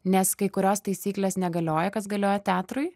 nes kai kurios taisyklės negalioja kas galioja teatrui